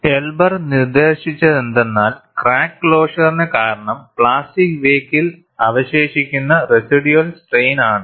Elber നിർദ്ദേശിച്ചതെന്തെന്നാൽ crack ക്ലോഷറിനു കാരണം പ്ലാസ്റ്റിക് വേക്കിൽ അവശേഷിക്കുന്ന റെസിഡ്യൂവൽ സ്ട്രെയിൻ ആണ്